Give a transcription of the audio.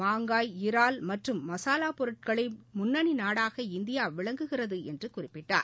மாங்காய் இறால் மற்றும் மசாலாப் பொருட்களில் முன்னணி நாடாக இந்தியா விளங்குகிறது என்று குறிப்பிட்டார்